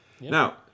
Now